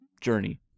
journey